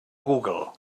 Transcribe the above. google